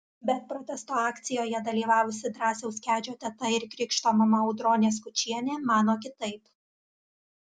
bet protesto akcijoje dalyvavusi drąsiaus kedžio teta ir krikšto mama audronė skučienė mano kitaip